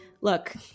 Look